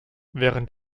während